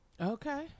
Okay